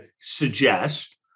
suggest